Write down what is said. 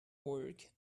work